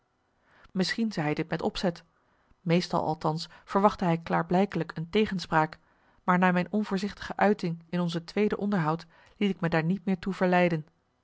misschien zei hij dit met opzet meestal althans verwachtte hij klaarblijkelijk een tegenspraak maar na mijn onvoorzichtige uiting in ons tweede onderhoud liet ik me daar niet meer toe verleiden